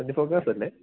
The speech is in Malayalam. ട്വൻറ്റി ഫോക്കസല്ലേ